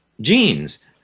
genes